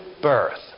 birth